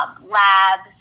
labs